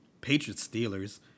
Patriots-Steelers